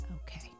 Okay